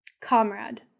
Comrade